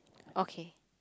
okay